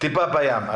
גם זה טיפה בים.